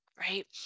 right